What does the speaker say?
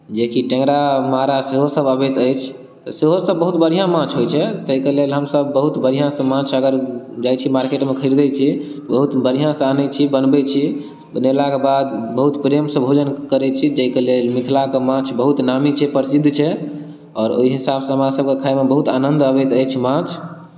जे कि टेंगड़ा मारा सेहो सभ आबैत अछि सेहोसभ बहुत बढ़िआँ माछ होइत छै ताहिके लेल हमसभ बहुत बढ़िआँसँ माछ अगर जाइत छी मार्केटमे खरीदैत छी बहुत बढ़िआँसँ आनैत छी बनबैत छी बनेलाके बाद बहुत प्रेमसँ भोजन करैत छी जाहिके लेल मिथिलाके माछ बहुत नामी छै प्रसिद्ध छै आओर ओहि हिसाबसँ हमरासभके खाइमे बहुत आनन्द आबैत अछि माछ